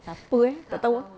siapa eh tak tahu